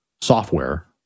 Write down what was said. software